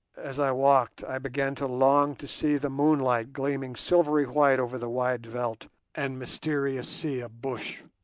as i walked, i began to long to see the moonlight gleaming silvery white over the wide veldt and mysterious sea of bush,